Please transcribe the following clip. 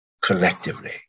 collectively